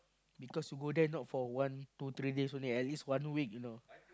because you go there not for one two three days only at least one week you know